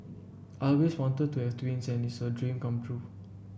I always wanted to have twins and it's a dream come true